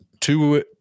two